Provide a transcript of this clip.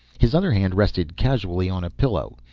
his other hand rested casually on a pillow.